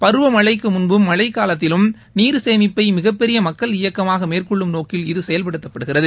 பருவமழைக்கு முன்பும் மழைக் காலத்திலும் நீர் சேமிப்பை மிகப் பெரிய மக்கள் இயக்கமாக மேற்கொள்ளும் நோக்கில் இது செயல்படுத்தப்படுகிறது